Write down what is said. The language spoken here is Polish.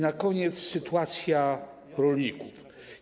Na koniec sytuacja rolników.